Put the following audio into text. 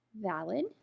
valid